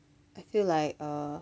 I feel like err